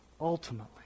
ultimately